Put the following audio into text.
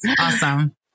Awesome